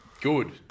Good